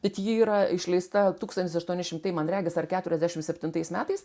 bet ji yra išleista tūkstantis aštuoni šimtai man regis ar keturiasdešim septintais metais